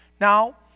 Now